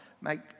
Make